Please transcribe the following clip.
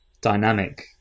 dynamic